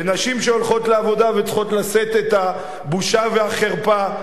ונשים שהולכות לעבודה וצריכות לשאת את הבושה וחרפה.